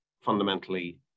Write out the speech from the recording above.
fundamentally